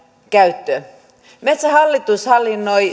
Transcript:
käyttö metsähallitus hallinnoi